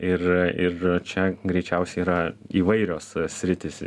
ir ir čia greičiausiai yra įvairios sritys